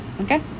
Okay